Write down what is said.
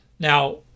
Now